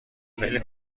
خیلی